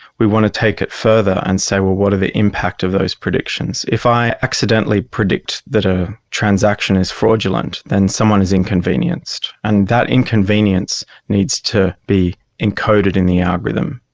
we want to take it further and say, well, what are the impact of those predictions. if i accidentally predict that a transaction is fraudulent, then someone is inconvenienced. and that inconvenience needs to be encoded in the algorithm.